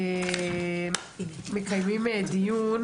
מתכבדת לפתוח את ישיבת הוועדה לביטחון הפנים.